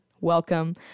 Welcome